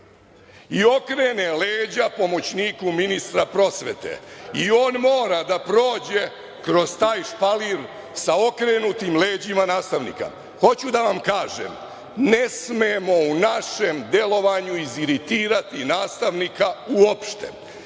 i okrene leđa pomoćniku ministra prosvete i on mora da prođe kroz taj špalir sa okrenutim leđima nastavnika. Hoću da vam kažem, ne smemo u našem delovanju iziritirati nastavnika uopšte.